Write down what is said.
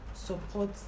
Support